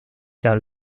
car